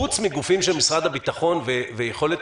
חוץ מגופים של משרד הביטחון ויכולת